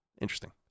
interesting